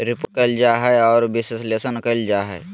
report कइल जा हइ और विश्लेषण कइल जा हइ